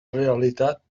realitat